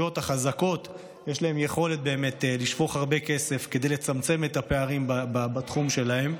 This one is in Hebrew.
החזקות יש יכולת לשפוך הרבה כסף כדי לצמצם את הפערים בתחום שלהן,